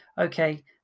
okay